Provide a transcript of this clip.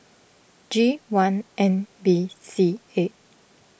G one N B C eight